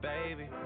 Baby